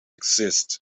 exist